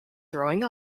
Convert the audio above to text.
throwing